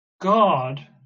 God